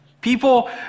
people